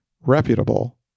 reputable